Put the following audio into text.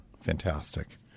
Fantastic